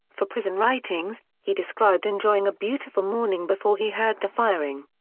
for prison writings, he described enjoying a beautiful morning before he heard the firing.